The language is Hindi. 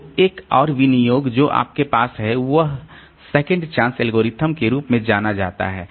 तो एक और विनियोग जो आपके पास है वह सेकंड चांस एल्गोरिथ्म के रूप में जाना जाता है